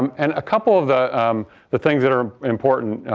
um and a couple of the the things that are important,